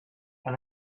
and